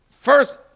First